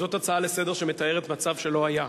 זאת הצעה לסדר-היום שמתארת מצב שלא היה.